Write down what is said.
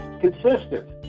consistent